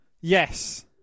Yes